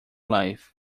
life